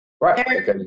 Right